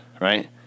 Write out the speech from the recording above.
right